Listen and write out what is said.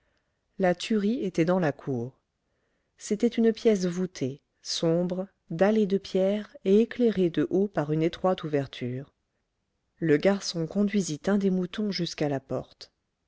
la tuerie était dans la cour c'était une pièce voûtée sombre dallée de pierres et éclairée de haut par une étroite ouverture le garçon conduisit un des moutons jusqu'à la porte